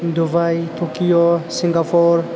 Dubai Tokyo Singapore